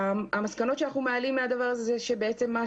והמסקנות שאנחנו מעלים מהדבר הזה הן שבעצם מה